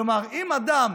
כלומר אם אדם